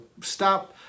stop